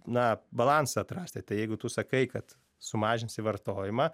na balansą atrasti tai jeigu tu sakai kad sumažinsi vartojimą